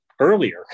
earlier